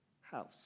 house